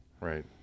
Right